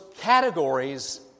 categories